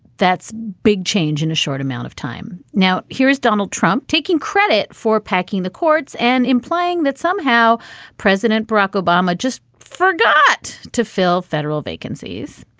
that's a big change in a short amount of time. now here is donald trump taking credit for packing the courts and implying that somehow president barack obama just forgot to fill federal vacancies.